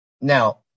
Now